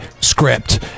script